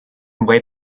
wait